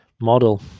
model